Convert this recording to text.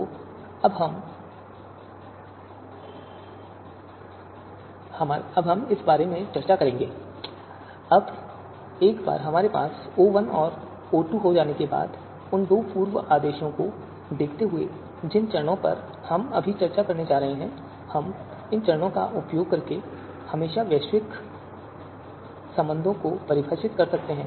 तो अब एक बार हमारे पास O1 और O2 हो जाने के बाद उन दो पूर्व आदेशों को देखते हुए जिन चरणों पर हम अभी चर्चा करने जा रहे हैं हम इन चरणों का उपयोग करके हमेशा वैश्विक संबंधों को परिभाषित कर सकते हैं